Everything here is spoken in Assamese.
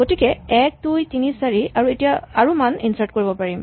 গতিকে ১ ২ ৩ ৪ এতিয়া আৰু মান ইনচাৰ্ট কৰিব পাৰিম